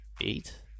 Eight